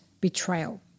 betrayal